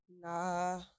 Nah